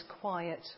quiet